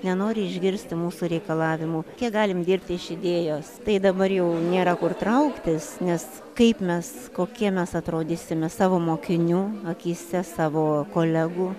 nenori išgirsti mūsų reikalavimų kiek galim dirbti iš idėjos tai dabar jau nėra kur trauktis nes kaip mes kokie mes atrodysime savo mokinių akyse savo kolegų